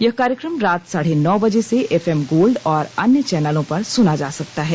यह कार्यक्रम रात साढे नौ बजे से एफएम गोल्ड और अन्य चैनलों पर सुना जा सकता है